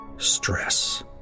Stress